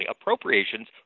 Appropriations